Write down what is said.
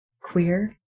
queer